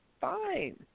Fine